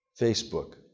Facebook